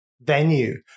venue